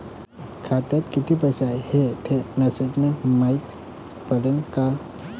खात्यात किती पैसा हाय ते मेसेज न मायती पडन का?